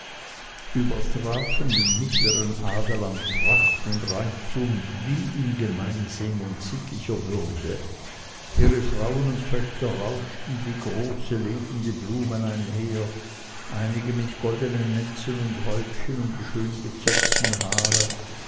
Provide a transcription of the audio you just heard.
übertrafen den mittlern adel an pracht und reichtum wie in gemeinsinn und sittlicher würde ihre frauen und töchter rauschten wie große lebende blumen einher einige mit goldenen netzen und häubchen um die schöngezöpften haare